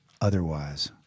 otherwise